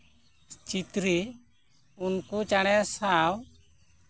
ᱪᱤᱛᱨᱤ ᱩᱱᱠᱩ ᱪᱮᱬᱮ ᱥᱟᱶ